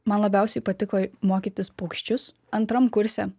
man labiausiai patiko mokytis paukščius antram kurse